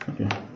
Okay